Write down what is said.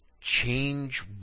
change